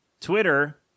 Twitter